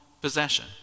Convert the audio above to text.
possession